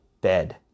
bed